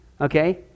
Okay